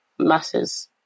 masses